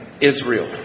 Israel